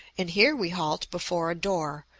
and here we halt before a door,